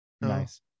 Nice